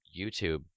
youtube